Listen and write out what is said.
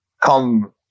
come